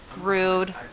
Rude